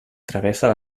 travessa